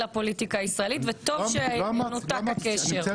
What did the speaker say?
לפוליטיקה הישראלית וטוב שנותק הקשר.